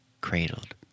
cradled